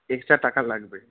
extra টাকা লাগবে